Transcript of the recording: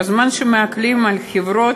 בזמן שמקלים על חברות,